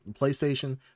playstation